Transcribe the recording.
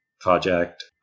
Project